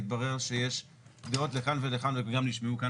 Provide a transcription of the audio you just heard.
התברר שיש דעות לכאן ולכאן וגם נשמעו כאן